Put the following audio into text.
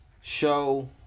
Show